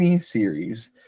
series